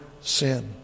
sin